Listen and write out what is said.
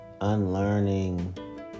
unlearning